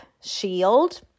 shield